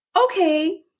Okay